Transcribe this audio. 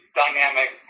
dynamic